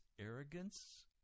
arrogance